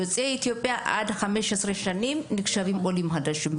יוצאי אתיופיה עד 15 שנים נחשבים עולים חדשים,